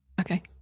Okay